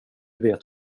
vet